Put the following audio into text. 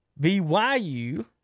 BYU